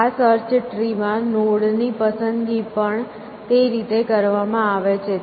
આ search tree માં node ની પસંદગી પણ તે રીતે કરવામાં આવે છે